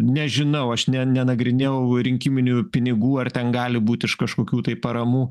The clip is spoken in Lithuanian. nežinau aš ne nenagrinėjau rinkiminių pinigų ar ten gali būt iš kažkokių tai paramų